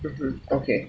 mmhmm okay